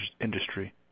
industry